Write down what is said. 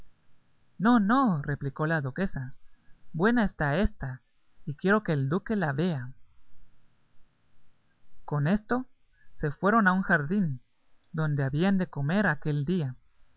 no no replicó la duquesa buena está ésta y quiero que el duque la vea con esto se fueron a un jardín donde habían de comer aquel día